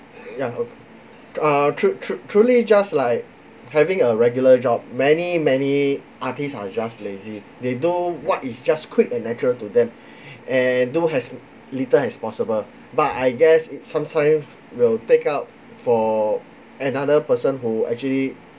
ya okay ah true true truly just like having a regular job many many artists are just lazy they do what is just quick and natural to them and do as little as possible but I guess it sometimes will take up for another person who actually